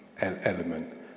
element